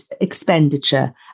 expenditure